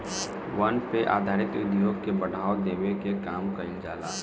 वन पे आधारित उद्योग के बढ़ावा देवे के काम कईल जाला